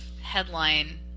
headline